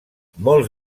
molts